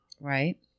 Right